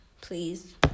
please